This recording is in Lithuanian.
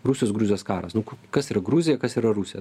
rusijos gruzijos karas nu kas yra gruzija kas yra rusija